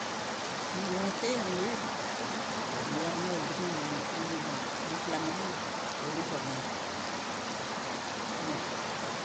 Ngu lungeth sai ia nga ve, sa ngu var na cha des ngeth da unu des ngeth da uni ma slumar na ngeth. Da uni na ngeth ia.